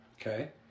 Okay